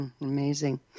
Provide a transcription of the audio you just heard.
Amazing